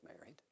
married